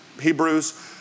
Hebrews